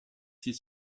six